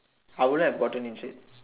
I wouldn't have gotten injured